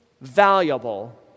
valuable